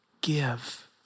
give